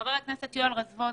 חבר הכנסת יואל רזבוזוב,